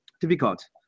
difficult